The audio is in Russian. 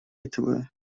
этого